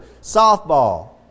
softball